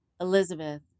Elizabeth